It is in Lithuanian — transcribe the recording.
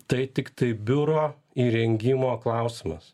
tai tiktai biuro įrengimo klausimas